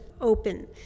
open